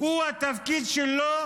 התפקיד שלו